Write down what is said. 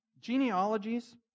Genealogies